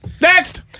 Next